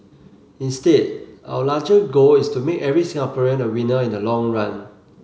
instead our larger goal is to make every Singaporean a winner in the long run